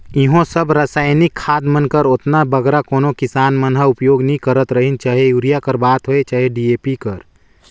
इहों सब रसइनिक खाद मन कर ओतना बगरा कोनो किसान मन उपियोग नी करत रहिन चहे यूरिया कर बात होए चहे डी.ए.पी कर